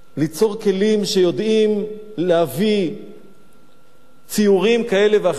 ליצור כלים שיודעים להביא ציורים כאלה ואחרים,